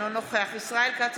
אינו נוכח ישראל כץ,